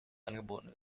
angeboten